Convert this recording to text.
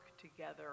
together